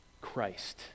Christ